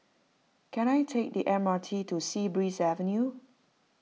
can I take the M R T to Sea Breeze Avenue